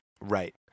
Right